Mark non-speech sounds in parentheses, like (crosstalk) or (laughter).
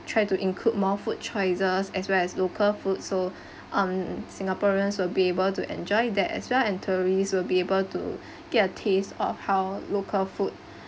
try to include more food choices as well as local food so (breath) um singaporeans will be able to enjoy that as well and tourists will be able to (breath) get a taste of how local food